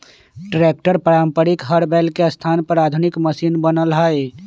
tractor पारम्परिक हर बैल के स्थान पर आधुनिक मशिन बनल हई